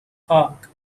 park